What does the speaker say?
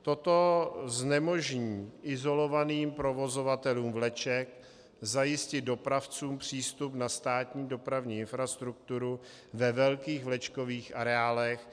Toto znemožní izolovaným provozovatelům vleček zajistit dopravcům přístup na státní dopravní infrastrukturu ve velkých vlečkových areálech.